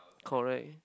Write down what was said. Korea